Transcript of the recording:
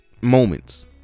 Moments